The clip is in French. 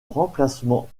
remplacement